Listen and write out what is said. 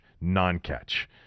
non-catch